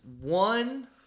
One